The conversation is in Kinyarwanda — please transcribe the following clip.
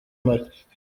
marie